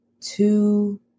two